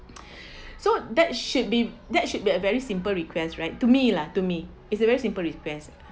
so that should be that should be a very simple request right to me lah to me is a very simple request